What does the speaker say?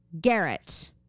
Garrett